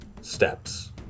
steps